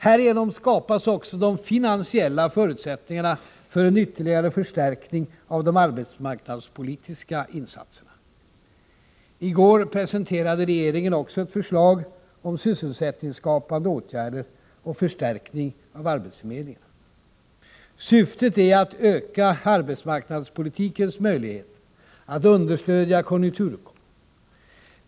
Härigenom skapas också de finansiella förutsättningarna för en ytterligare förstärkning av de arbetsmarknadspolitiska insatserna. I går presenterade regeringen också ett förslag om sysselsättningsskapande åtgärder och förstärkning av arbetsförmedlingarna. Syftet är att öka arbetsmarknadspolitikens möjlighet att understödja konjunkturuppgången.